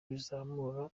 bizamura